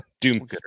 Doom